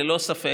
ללא ספק,